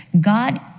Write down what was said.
God